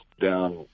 down